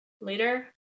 later